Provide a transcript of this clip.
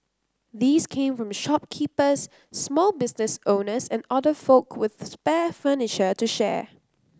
these came from shopkeepers small business owners and other folk with spare furniture to share